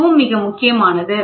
இதுவும் மிக முக்கியமானது